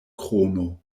krono